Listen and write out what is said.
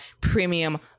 premium